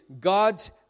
God's